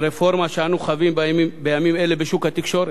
הרפורמה שאנו חווים בימים אלה בשוק התקשורת.